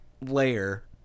layer